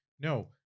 No